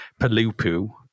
Palupu